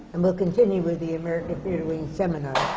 and we'll continue with the american theatre wing seminars.